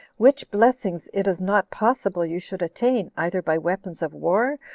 which blessings it is not possible you should attain, either by weapons of war,